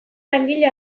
langile